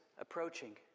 approaching